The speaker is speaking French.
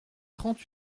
trente